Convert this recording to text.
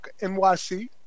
NYC